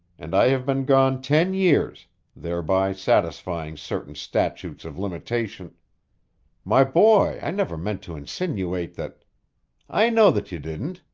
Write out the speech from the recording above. and i have been gone ten years thereby satisfying certain statutes of limitation my boy, i never meant to insinuate that i know that you didn't,